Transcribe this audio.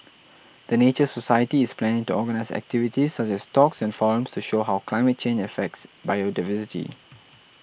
the Nature Society is planning to organise activities such as talks and forums to show how climate change affects biodiversity